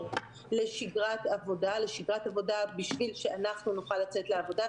לשגרת עבודה בשביל שנוכל לצאת לעבודה,